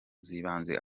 zibanze